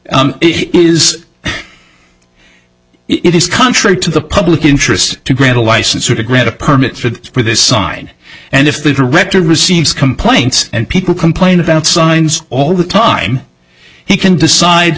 it is it is contrary to the public interest to grant a license or to grant a permit for the for this sign and if the director receives complaints and people complain about signs all the time he can decide